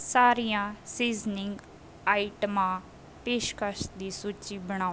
ਸਾਰੀਆਂ ਸੀਜ਼ਨਿੰਗ ਆਈਟਮਾਂ ਪੇਸ਼ਕਸ਼ ਦੀ ਸੂਚੀ ਬਣਾਓ